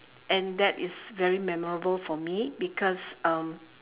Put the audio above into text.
and that is very memorable for me because um